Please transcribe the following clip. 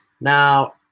Now